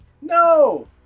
no